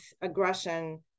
aggression